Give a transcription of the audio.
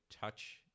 touch